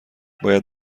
باید